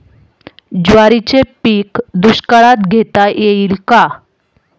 ज्वारीचे पीक दुष्काळात घेता येईल का?